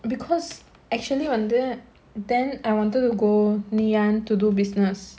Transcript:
because actually வந்து:vandhu then I wanted to go ngee ann to do business